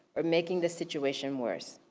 or making the situation worse.